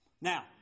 Now